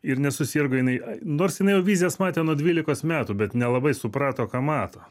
ir nesusirgo jinai nors jinai jau vizijas matė nuo dvylikos metų bet nelabai suprato ką mato